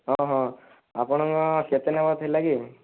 ହଁ ହଁ ଆପଣଙ୍କ କେତେ ନବା ଥିଲା କି